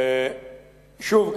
שוב,